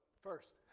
first